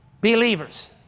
believers